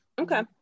Okay